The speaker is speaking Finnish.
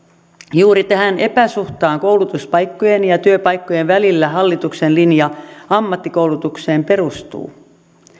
juuri tähän epäsuhtaan koulutuspaikkojen ja työpaikkojen välillä hallituksen linja ammattikoulutukseen perustuu